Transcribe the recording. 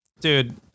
Dude